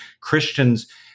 Christians